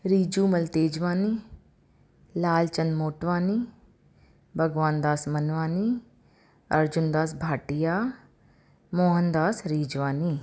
Rijhumal Tejwani Lal Chand Motwani Bhagwan Das Manwani Arjun Das Bhatia Mohan Das Rizwani